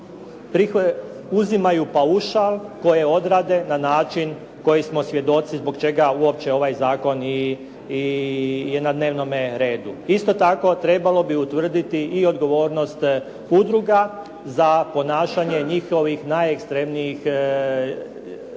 Uzimaju paušal koji odrade na način koji smo svjedoci zbog čega uopće ovaj zakon je na dnevnome redu. Isto tako, trebalo bi utvrditi i odgovornost udruga za ponašanje njihovih najekstremnijeg krila.